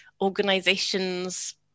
organizations